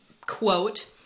quote